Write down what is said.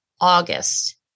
August